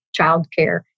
childcare